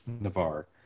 Navarre